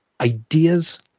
ideas